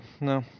no